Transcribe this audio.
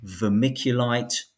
vermiculite